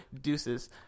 deuces